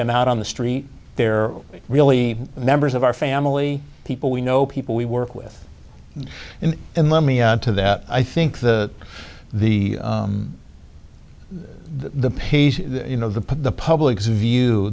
them out on the street they're really members of our family people we know people we work with and in the me to that i think the the the pace you know the the public is view